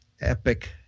epic